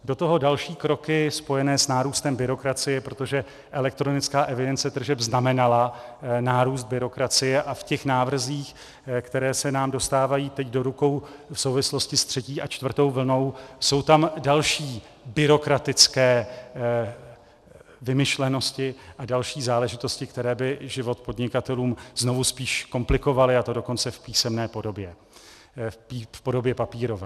Do toho další kroky spojené s nárůstem byrokracie, protože elektronická evidence tržeb znamenala nárůst byrokracie a v návrzích, které se nám dostávají teď do rukou v souvislosti s třetí a čtvrtou vlnou, jsou další byrokratické vymyšlenosti a další záležitosti, které by život podnikatelům znovu spíš komplikovaly, a to dokonce v písemné podobě, v podobě papírové.